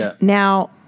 Now